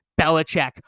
Belichick